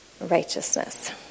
Righteousness